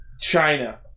China